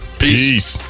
peace